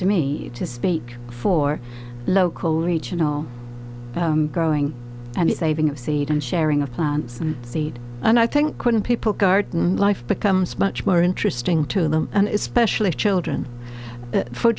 to me to speak for local regional growing and saving of seed and sharing of plants the seed and i think when people garden life becomes much more interesting to them and it's specially children for